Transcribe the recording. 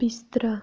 बिस्तरा